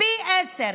פי עשרה,